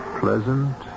pleasant